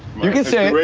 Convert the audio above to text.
you can say it.